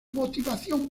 motivación